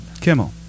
Kimmel